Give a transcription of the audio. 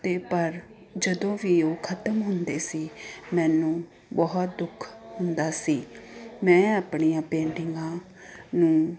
ਅਤੇ ਪਰ ਜਦੋਂ ਵੀ ਉਹ ਖਤਮ ਹੁੰਦੇ ਸੀ ਮੈਨੂੰ ਬਹੁਤ ਦੁੱਖ ਹੁੰਦਾ ਸੀ ਮੈਂ ਆਪਣੀਆਂ ਪੇਂਟਿੰਗਾਂ ਨੂੰ